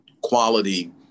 quality